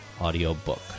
audiobook